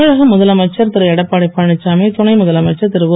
தமிழக முதலமைச்சர் திரு எடப்பாடி பழனிச்சாமி துணை முதலமைச்சர் திரு ஒ